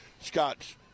Scott's